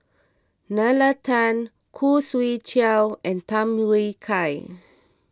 Nalla Tan Khoo Swee Chiow and Tham Yui Kai